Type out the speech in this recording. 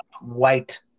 white